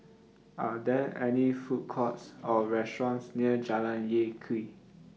Are There any Food Courts Or restaurants near Jalan Lye Kwee